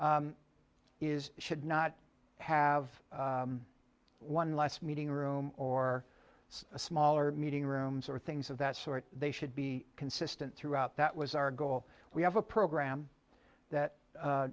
is should not have one less meeting room or a smaller meeting rooms or things of that sort they should be consistent throughout that was our goal we have a program that